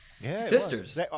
Sisters